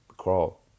Crawl